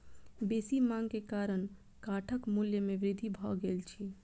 बेसी मांग के कारण काठक मूल्य में वृद्धि भ गेल अछि